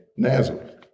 Nazareth